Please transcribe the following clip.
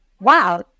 Wow